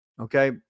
Okay